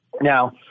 Now